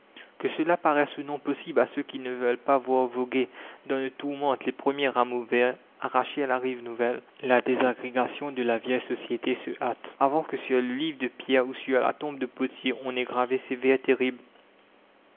que cela paraisse ou non possible à ceux qui ne veulent pas voir voguer dans nos tourmentes les premiers rameaux verts arrachés à la rive nouvelle la désagrégation de la vieille société se hâte avant que sur le livre de pierre ou sur la tombe de pottier on ait gravé ses vers terribles